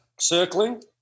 circling